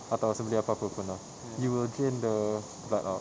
atau sembelih apa-apa pun lah you will drain the blood out